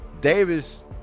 Davis